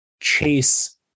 chase